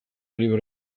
librea